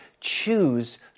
choose